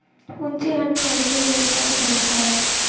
ಹುಂಚಿಹಣ್ಣು ಅಡುಗೆಗೆ ಹೆಚ್ಚಾಗಿ ಬಳ್ಸತಾರ